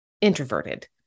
introverted